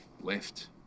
left